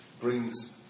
brings